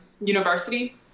University